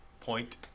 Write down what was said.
point